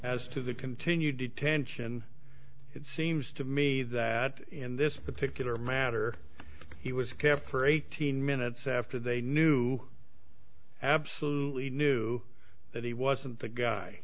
as to the continued detention it seems to me that in this particular matter he was kept for eighteen minutes after they knew absolutely knew that he wasn't the guy